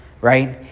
right